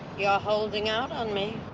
you're holding out on me.